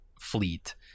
fleet